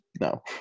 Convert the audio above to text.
no